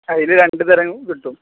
അതില് രണ്ട് തരം കിട്ടും